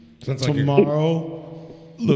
tomorrow